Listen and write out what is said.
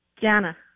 Jana